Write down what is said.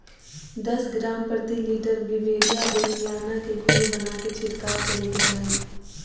दस ग्राम प्रति लीटर बिवेरिया बेसिआना के घोल बनाके छिड़काव करे के चाही